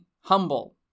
humble